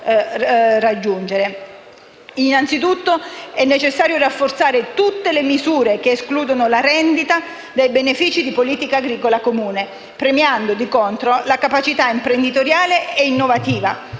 Innanzitutto è necessario rafforzare tutte le misure che escludono la rendita dai benefici di Politica agricola comune, premiando di contro la capacità imprenditoriale e innovativa,